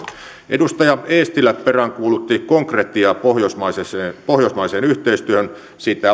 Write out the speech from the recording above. edustaja eestilä peräänkuulutti konkretiaa pohjoismaiseen yhteistyöhön sitä